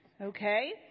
okay